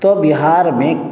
तऽ बिहारमे